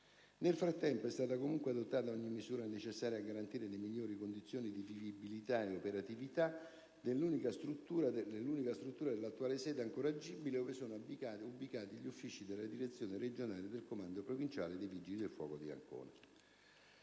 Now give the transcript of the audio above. Nel frattempo è stata, comunque, adottata ogni misura necessaria a garantire le migliori condizioni di vivibilità e operatività dell'unica struttura dell'attuale sede ancora agibile, ove sono ubicati gli uffici della direzione regionale e del comando provinciale dei Vigili del fuoco di Ancona.